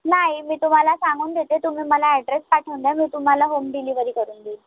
नाही मी तुम्हाला सांगून देते तुम्ही मला ॲड्रेस पाठवून द्या मी तुम्हाला होम डिलिव्हरी करून देईन